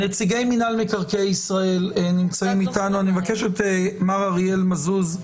נמצאים איתנו נציגי מינהל מקרקעי ישראל: מר אריאל מזוז,